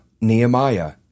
Nehemiah